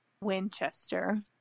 Winchester